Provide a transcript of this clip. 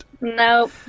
Nope